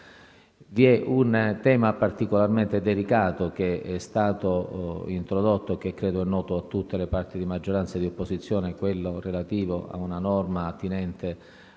Vi è un tema particolarmente delicato che è stato introdotto, che credo sia noto a tutte le parti, di maggioranza e di opposizione, che è quello relativo ad una norma attinente